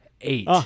eight